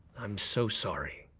i'm so sorry.